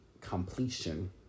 completion